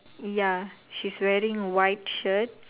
ya she's wearing white shirt